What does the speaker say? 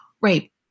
Right